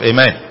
Amen